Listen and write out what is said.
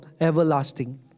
everlasting